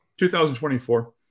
2024